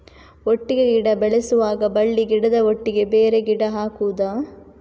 ಒಟ್ಟಿಗೆ ಗಿಡ ಬೆಳೆಸುವಾಗ ಬಳ್ಳಿ ಗಿಡದ ಒಟ್ಟಿಗೆ ಬೇರೆ ಗಿಡ ಹಾಕುದ?